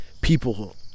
people